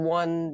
one